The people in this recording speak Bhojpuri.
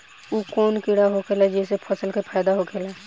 उ कौन कीड़ा होखेला जेसे फसल के फ़ायदा होखे ला?